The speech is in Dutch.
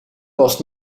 was